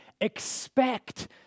expect